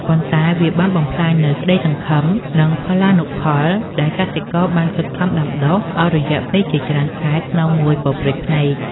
ប៉ុន្តែវាបានបំផ្លាញនូវក្ដីសង្ឃឹម និងផល្លានុផលដែលកសិករបានខិតខំដាំដុះអស់រយៈពេលជាច្រើនខែក្នុងមួយប៉ព្រិចភ្នែក។